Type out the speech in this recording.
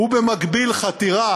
ובמקביל חתירה